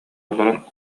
олорон